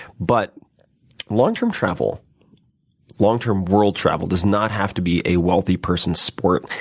but long term travel long term world travel does not have to be a wealthy person's sport.